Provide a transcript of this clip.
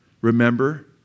Remember